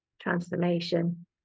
transformation